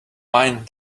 mind